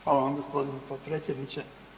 Hvala vam, g. potpredsjedniče.